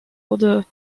wurde